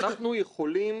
שוב תודה לכולכם.